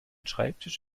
schreibtisch